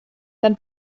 dann